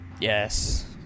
Yes